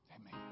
amen